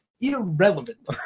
irrelevant